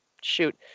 shoot